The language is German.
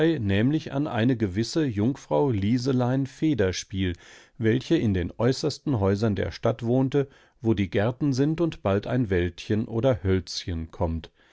nämlich an eine gewisse jungfrau liselein federspiel welche in den äußersten häusern der stadt wohnte wo die gärten sind und bald ein wäldchen oder hölzchen kommt